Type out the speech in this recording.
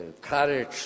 courage